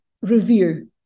revere